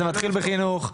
זה מתחיל בחינוך,